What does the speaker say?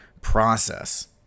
process